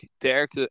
Derek